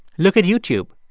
look at youtube.